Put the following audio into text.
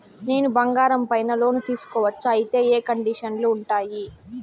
నేను బంగారం పైన లోను తీసుకోవచ్చా? అయితే ఏ కండిషన్లు ఉంటాయి?